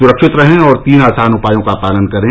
सुरक्षित रहें और तीन आसान उपायों का पालन करें